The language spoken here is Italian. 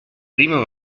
primo